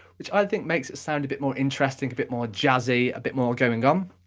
which i think makes it sound a bit more interesting, a bit more jazzy, a bit more going um